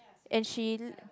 and she